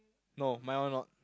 no my one not